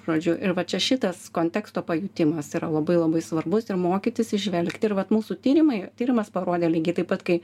žodžiu ir va čia šitas konteksto pajutimas yra labai labai svarbus ir mokytis įžvelgti ir vat mūsų tyrimai tyrimas parodė lygiai taip pat kai